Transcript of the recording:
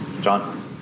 John